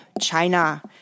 China